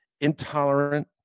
intolerant